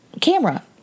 camera